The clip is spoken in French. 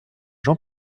jean